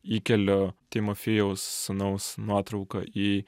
įkeliu timofijaus sūnaus nuotrauką į